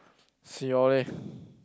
see you all leh